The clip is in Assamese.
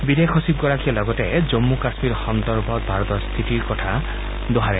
বিদেশ সচিবগৰাকীয়ে লগতে জম্মু কাশ্মীৰ সন্দৰ্ভত ভাৰতৰ স্থিতিৰ কথা দোহাৰে